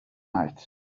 night